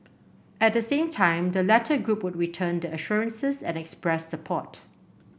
at the same time the latter group would return the assurances and express support